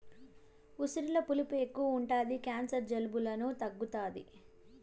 ఉసిరిలో పులుపు ఎక్కువ ఉంటది క్యాన్సర్, జలుబులను తగ్గుతాది